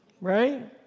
right